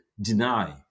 deny